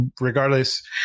regardless